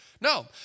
No